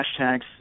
hashtags